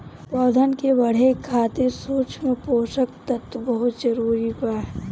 पौधन के बढ़े खातिर सूक्ष्म पोषक तत्व बहुत जरूरी बा